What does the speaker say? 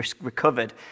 recovered